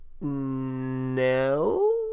no